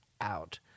out